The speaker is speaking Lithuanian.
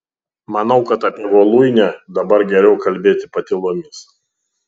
manau kad apie voluinę dabar geriau kalbėti patylomis